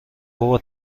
بابا